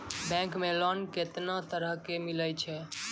Bank मे loan कैतना तरह के मिलै छै?